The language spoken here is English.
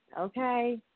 Okay